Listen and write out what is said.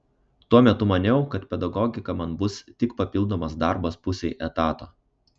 tuo metu maniau kad pedagogika man bus tik papildomas darbas pusei etato